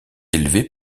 élevé